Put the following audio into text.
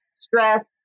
stress